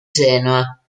genoa